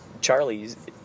Charlie's